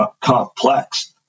complex